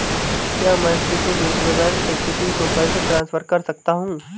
क्या मैं किसी दूसरे बैंक से किसी को पैसे ट्रांसफर कर सकता हूं?